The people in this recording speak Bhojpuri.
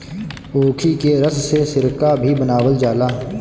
ऊखी के रस से सिरका भी बनावल जाला